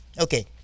Okay